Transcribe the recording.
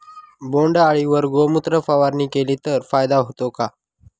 बोंडअळीवर गोमूत्र फवारणी केली तर फायदा होतो का?